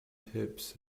tips